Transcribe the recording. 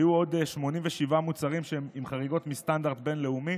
היו עוד 87 מוצרים שהם עם חריגות מסטנדרט בין-לאומי